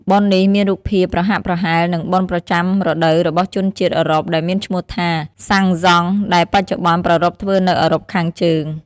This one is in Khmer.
បុណ្យនេះមានរូបភាពប្រហាក់ប្រហែល នឹងបុណ្យប្រចាំរដូវរបស់ជនជាតិអឺរ៉ុបដែលមានឈ្មោះថា សាំងហ្សង់ ដែលបច្ចុប្បន្នប្រារព្ធធ្វើនៅអឺរ៉ុបខាងជើង។